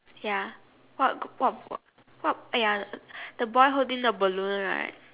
ya what what what what !aiya! the boy holding the balloon right